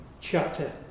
chapter